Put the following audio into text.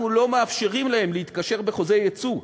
אנחנו לא מאפשרים להם להתקשר בחוזה יצוא.